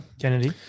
Kennedy